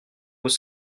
vos